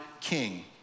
king